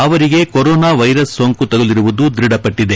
ಅವರಿಗೆ coronavirus ಸೋಂಕು ತಗುಲಿರುವುದು ದ್ವಢಪಟ್ಟದೆ